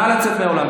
נא לצאת מהאולם.